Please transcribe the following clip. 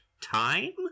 time